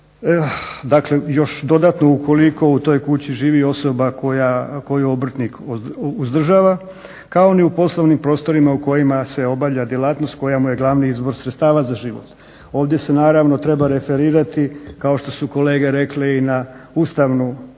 Dakle, još dodatno ukoliko u toj kući živi osoba koju obrtnik uzdržava kao ni u poslovnim prostorima u kojima se obavlja djelatnost koja mu je glavni izvor sredstava za život. Ovdje se naravno treba referirati kao što su kolege rekle i na ustavnu, presudu